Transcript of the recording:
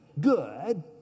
Good